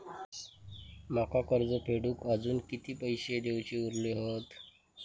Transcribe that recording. माका कर्ज फेडूक आजुन किती पैशे देऊचे उरले हत?